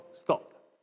stop